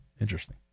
Interesting